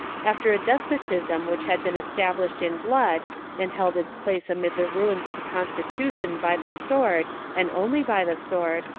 after a despotism which had been established in blood and held its place amid the ruins of the constitution by the sword and only by the sword,